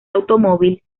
automóvil